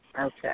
okay